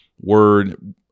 word